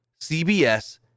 CBS